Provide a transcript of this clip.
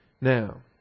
Now